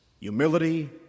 Humility